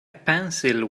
pencil